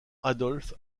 adolphe